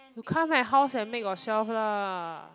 you come my house and make yourself lah